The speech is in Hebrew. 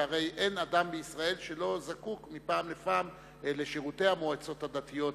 שהרי אין אדם בישראל שלא זקוק מפעם לפעם לשירותי המועצות הדתיות,